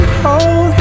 hold